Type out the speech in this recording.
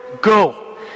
go